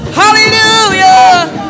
hallelujah